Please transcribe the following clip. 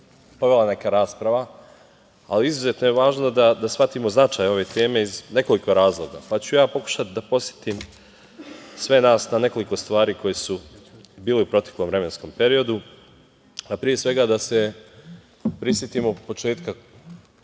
povela neka rasprava, ali izuzetno je važno da shvatimo značaj ove teme iz nekoliko razloga, pa ću ja pokušati da podsetim sve nas na nekoliko stvari koje su bile i u proteklom vremenskom periodu, a pre svega da se prisetimo početka